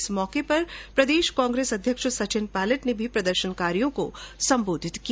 इस मौके पर प्रदेश काग्रेंस अध्यक्ष सचिन पायलट ने भी प्रदर्शनकारियों को संबोधित किया